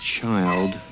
child